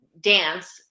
dance